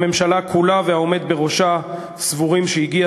הממשלה כולה והעומד בראשה סבורים שהגיע